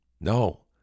No